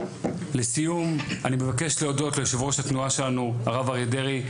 לסיום אני מבקש להודות ליושב-ראש התנועה שלנו הרב אריה דרעי,